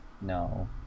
No